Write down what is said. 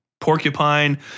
Porcupine